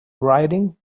writing